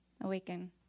Awaken